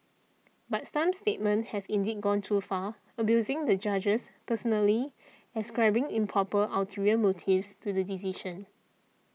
but some statements have indeed gone too far abusing the judges personally ascribing improper ulterior motives to the decision